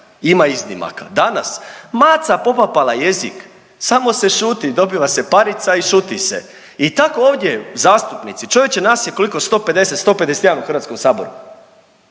ima iznimaka, danas maca popapala jezik, samo se šuti, dobiva se parica i šuti se i tako ovdje zastupnici, čovječe nas je, koliko, 150-151 u HS.